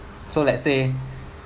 so let's say